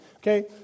Okay